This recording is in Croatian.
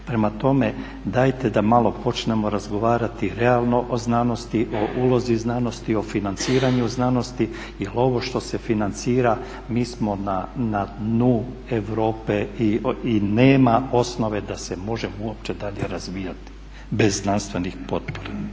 Prema tome, dajte da malo počnemo razgovarati realno o znanosti, o ulozi znanosti, o financiranju znanosti jer ovo što se financira mi smo na dnu Europe i nema osnove da se može uopće dalje razvijati bez znanstvenih potpora.